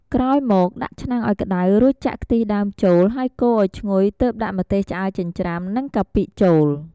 ក្រោយមកដាក់ឆ្នាំងឲ្យក្តៅរួចចាក់ខ្ទិះដើមចូលហេីយកូរអោយឈ្ងុយទើបដាក់ម្ទេសឆ្អើរចិញ្រ្ចាំ និងកាពិចូល។